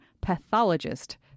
pathologist